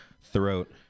throat